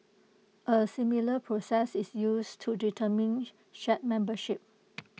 A similar process is used to determine shard membership